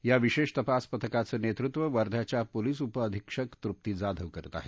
या विशेष तपास पथकाचं नेतृत्व वर्ध्याच्या पोलिस उपअधिक्षक तृप्ती जाधव करत आहेत